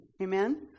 Amen